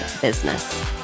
business